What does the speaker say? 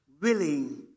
willing